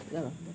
नमस्ते